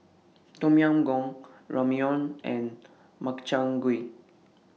Tom Yam Goong Ramyeon and Makchang Gui